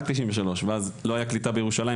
רק 93. ואז לא היתה קליטה בירושלים,